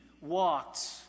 walked